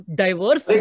diverse